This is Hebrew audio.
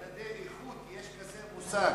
מדדי איכות, יש כזה מושג.